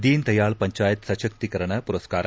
ದೀನ್ ದಯಾಳ್ ಪಂಚಾಯತ್ ಸಶಸ್ತೀಕರಣ ಪುರಸ್ನಾರ